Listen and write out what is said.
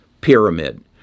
pyramid